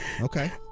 Okay